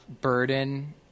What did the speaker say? burden